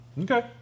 Okay